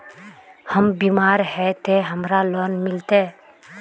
हम बीमार है ते हमरा लोन मिलते?